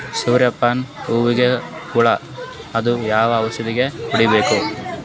ಸೂರ್ಯ ಪಾನ ಹೂವಿಗೆ ಹುಳ ಆದ್ರ ಯಾವ ಔಷದ ಹೊಡಿಬೇಕು?